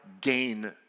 gain